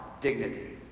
dignity